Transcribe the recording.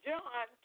John